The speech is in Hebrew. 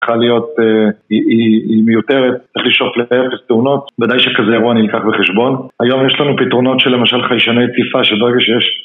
יכולה להיות, היא מיותרת, צריך לשאוף להרבה פתרונות בוודאי שכזה אירוע יילקח בחשבון היום יש לנו פתרונות של למשל חיישני ציפה שברגע שיש